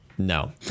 no